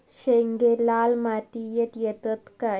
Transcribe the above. शेंगे लाल मातीयेत येतत काय?